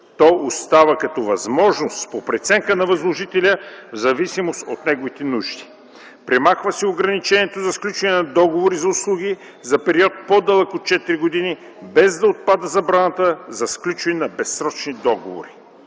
То остава като възможност по преценка на възложителя, в зависимост от неговите нужди. Премахва се ограничението за сключване на договори за услуги за период по-дълъг от 4 години, без да отпада забраната за сключване на безсрочни договори.